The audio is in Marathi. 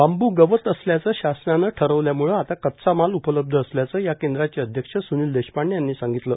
बांबू गवत असल्याचे शासनाने ठरावल्याम्ळे आता कच्चा माल उपलब्ध असल्याचे या केंद्राचे अध्यक्ष स्नील देशपांडे यांनी सांगितले